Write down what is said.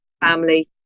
family